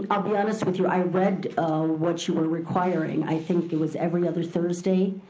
i'll be honest with you, i read what you were requiring. i think it was every other thursday.